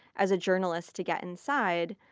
as a journalist, to get inside.